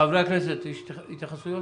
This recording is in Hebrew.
חברי הכנסת, התייחסויות.